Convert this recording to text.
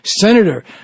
senator